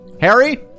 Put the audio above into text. Harry